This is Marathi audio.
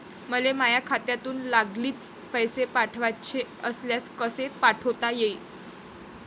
मले माह्या खात्यातून लागलीच पैसे पाठवाचे असल्यास कसे पाठोता यीन?